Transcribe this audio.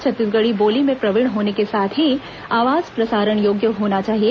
छत्तीसगढ़ी बोली में प्रवीण होने के साथ ही आवाज प्रसारण योग्य होना चाहिए